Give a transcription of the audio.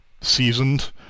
seasoned